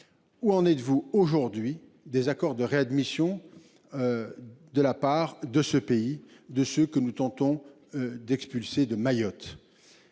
Où en êtes-vous aujourd'hui des accords de réadmission. De la part de ce pays de ce que nous tentons d'expulsés de Mayotte.